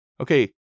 Okay